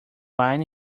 wine